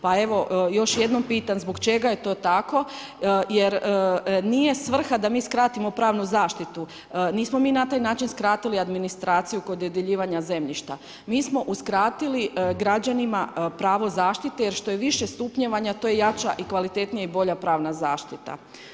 Pa evo još jednom pitam zbog čega je to tako jer nije svrha da mi skratimo pravnu zaštitu, nismo mi na taj način skratili administraciju kod dodjeljivanja zemljišta, mi smo uskratili građanima pravo zaštite jer što je više stupnjevanja to je jača i kvalitetnija i bolja pravna zaštita.